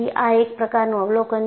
આ એક પ્રકારનું અવલોકન છે